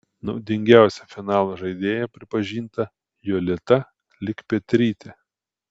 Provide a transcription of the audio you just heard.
naudingiausia finalo žaidėja pripažinta jolita likpetrytė